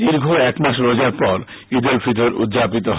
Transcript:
দীর্ঘ একমাস রোজার পর ঈদ উল ফিতর উদযাপিত হয়